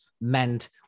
meant